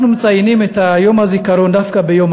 אנחנו מציינים את יום הזיכרון דווקא ביום